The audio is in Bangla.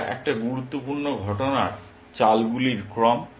এটা একটি গুরুত্বপূর্ণ ঘটনার চালগুলির ক্রম